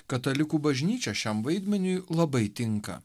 katalikų bažnyčia šiam vaidmeniui labai tinka